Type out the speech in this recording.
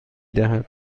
دهد